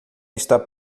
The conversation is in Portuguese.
está